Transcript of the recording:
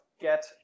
get